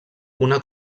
una